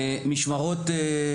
משמרות,